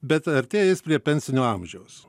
bet artėja jis prie pensinio amžiaus